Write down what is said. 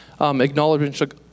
Acknowledgement